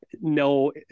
no